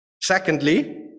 Secondly